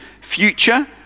future